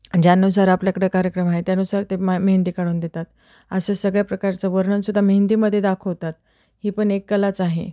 ज्यानुसार आपल्याकडे कार्यक्रम आहे त्यानुसार ते मा मेहंदी काढून देतात असं सगळ्या प्रकारचं वर्णन सुद्धा मेहंदीमध्ये दाखवतात ही पण एक कलाच आहे